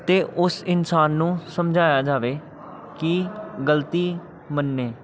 ਅਤੇ ਉਸ ਇਨਸਾਨ ਨੂੰ ਸਮਝਾਇਆ ਜਾਵੇ ਕਿ ਗਲਤੀ ਮੰਨੇ